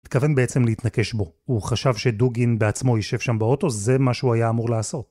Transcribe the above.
התכוון בעצם להתנקש בו. הוא חשב שדוגין בעצמו יישב שם באוטו, זה מה שהוא היה אמור לעשות.